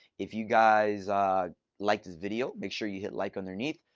if you guys liked this video, make sure you hit like underneath.